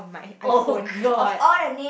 oh god